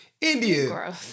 india